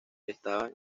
estaban